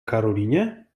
karolinie